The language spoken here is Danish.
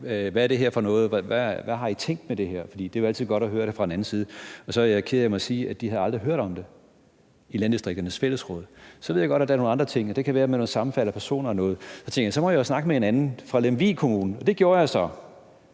Hvad er det her for noget, og hvad har I tænkt med det her? For det er jo altid godt at høre det fra den anden side, og så er jeg ked af at måtte sige, at de aldrig havde hørt om det i Landdistrikternes Fællesråd. Så ved jeg godt, at der kan være nogle andre ting, det kan være, at man har sammenfald af personer og sådan noget, og så tænkte jeg, at så må vi snakke med en anden fra Lemvig Kommune, et medlem af